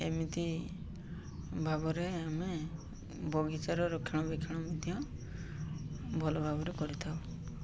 ଏମିତି ଭାବରେ ଆମେ ବଗିଚାର ରକ୍ଷଣାବେକ୍ଷଣ ମଧ୍ୟ ଭଲ ଭାବରେ କରିଥାଉ